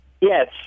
yes